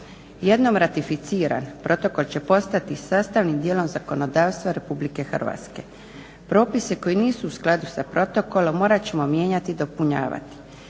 Jednom ratificiran protokol će postati sastavnim dijelom zakonodavstva Republike Hrvatske. Propise koji nisu u skladu sa protokolom morat ćemo mijenjati i dopunjavati.